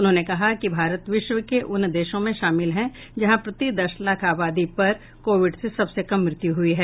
उन्होंने कहा कि भारत विश्व के उन देशों में शामिल है जहां प्रति दस लाख आबादी पर कोविड से सबसे कम मृत्यु हुई है